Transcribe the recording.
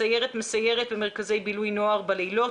הסיירת מסיירת במרכזי בילוי נוער בלילות,